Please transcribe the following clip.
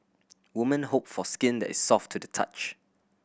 woman hope for skin that is soft to the touch